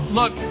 look